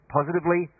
Positively